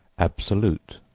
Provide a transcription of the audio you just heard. absolute,